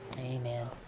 Amen